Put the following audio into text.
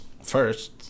First